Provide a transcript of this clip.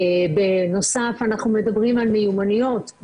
בנוסף אנחנו מדברים על מיומנויות,